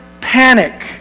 panic